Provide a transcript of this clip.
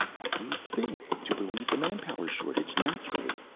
what do you think? to relieve the manpower shortage, naturally.